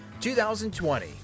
2020